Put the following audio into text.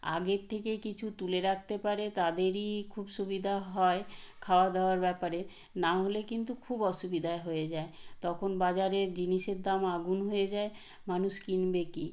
আগের থেকে কিছু তুলে রাখতে পারে তাদেরই খুব সুবিদা হয় খাওয়া দাওয়ার ব্যাপারে নাহলে কিন্তু খুব অসুবিধা হয়ে যায় তখন বাজারের জিনিসের দাম আগুন হয়ে যায় মানুষ কিনবে কী